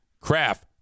craft